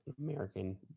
American